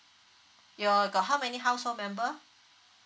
you're got how many household member